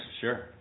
Sure